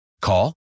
Call